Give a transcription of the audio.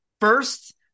first